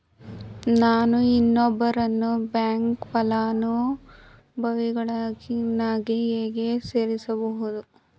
ನಾನು ಇನ್ನೊಬ್ಬರನ್ನು ಬ್ಯಾಂಕ್ ಫಲಾನುಭವಿಯನ್ನಾಗಿ ಹೇಗೆ ಸೇರಿಸಬಹುದು?